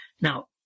Now